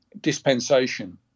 dispensation